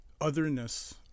otherness